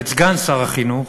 ואת סגן שר החינוך